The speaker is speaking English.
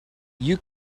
you